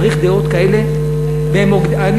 צריך דעות כאלה במוקדי, בזה אתה צודק.